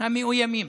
מאוימים